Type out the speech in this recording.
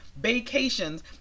vacations